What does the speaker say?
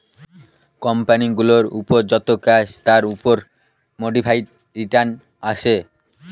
company গুলোর যত cash তার উপর মোডিফাইড রিটার্ন আসে